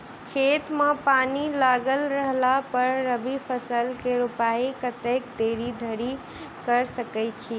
खेत मे पानि लागल रहला पर रबी फसल केँ रोपाइ कतेक देरी धरि कऽ सकै छी?